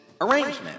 Arrangement